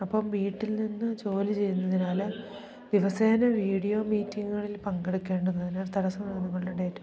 അപ്പം വീട്ടിൽ നിന്ന് ജോലി ചെയ്യുന്നതിനാൽ ദിവസേന വീഡിയോ മീറ്റിങ്ങുകളിൽ പങ്കെടുക്കേണ്ടതിനാൽ തടസ്സങ്ങൾ നിങ്ങളുടെ ഡേറ്റും